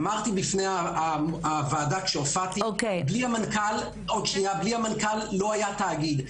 אמרתי בפני הוועדה כשהופעתי: בלי המנכ"ל לא היה תאגיד.